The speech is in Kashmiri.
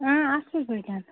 اۭں اَصٕل پٲٹھۍ